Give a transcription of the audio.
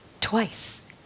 twice